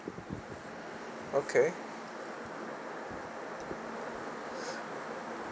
okay